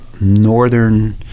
northern